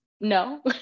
no